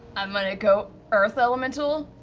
i'm going to go earth elemental,